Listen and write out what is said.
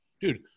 Dude